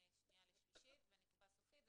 בקריאה השנייה והשלישית ונקבע סופית.